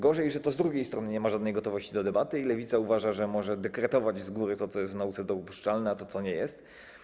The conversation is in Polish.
Gorzej, że z drugiej strony nie ma żadnej gotowości do debaty i Lewica uważa, że może dekretować z góry to, co jest w nauce dopuszczalne, a co nie jest.